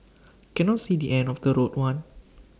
cannot see the end of the road one